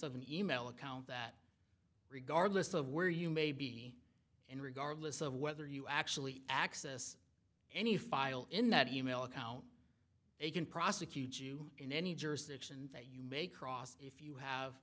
the e mail account that regardless of where you may be in regardless of whether you actually access any file in that e mail account you can prosecute you in any jurisdiction that you may cross if you have